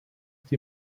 die